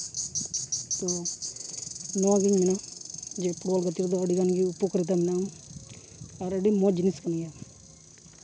ᱛᱚ ᱱᱚᱣᱟᱜᱤᱧ ᱢᱮᱱᱟ ᱡᱮ ᱯᱷᱩᱴᱵᱚᱞ ᱜᱟᱛᱮ ᱨᱮᱫᱚ ᱟᱹᱰᱤᱜᱟᱱ ᱜᱮ ᱩᱯᱚᱠᱟ ᱨᱤᱛᱟ ᱢᱮᱱᱟᱜᱼᱟ ᱟᱨ ᱟᱹᱰᱤ ᱢᱚᱡᱽ ᱡᱤᱱᱤᱥ ᱠᱟᱱ ᱜᱮᱭᱟ